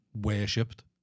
worshipped